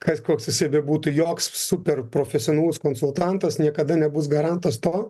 kad koks jisai bebūtų joks super profesionalus konsultantas niekada nebus garantas to